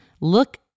look